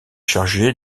chargé